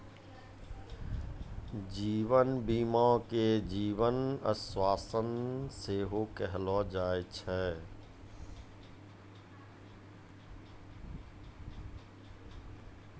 जीवन बीमा के जीवन आश्वासन सेहो कहलो जाय छै